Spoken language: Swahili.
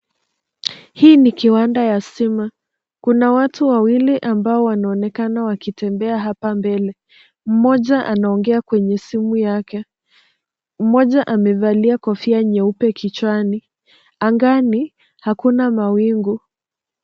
Hii ni kiwanda ya stima, kuna watu wawili ambao wanaonekana wakitembea hapa mbele, mmoja anaongea kwenye simu yake, mmoja amevalia kofia nyeupe kichwani, angani hakuna mawingu.